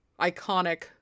iconic